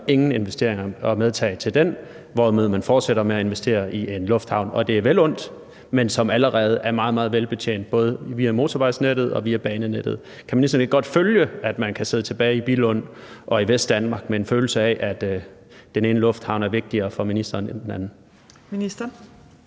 ingen investeringer skal medtages til den, hvorimod man fortsætter med at investere i en lufthavn – og det er vel undt – som allerede er meget, meget velbetjent, både via motorvejsnettet og via banenettet? Kan ministeren ikke godt følge, at man kan sidde tilbage i Billund og i Vestdanmark med en følelse af, at den ene lufthavn er vigtigere for ministeren end den anden?